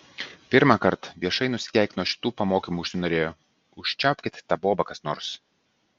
pirmąkart viešai nusikeikt nuo šitų pamokymų užsinorėjo užčiaupkit tą bobą kas nors